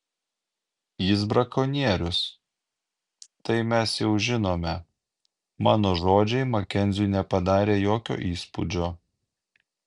jis brakonierius tai mes jau žinome mano žodžiai makenziui nepadarė jokio įspūdžio